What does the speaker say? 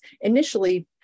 initially